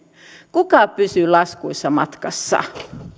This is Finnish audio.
kuka pysyy laskuissa matkassa